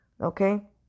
Okay